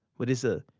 but it's a,